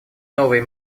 новые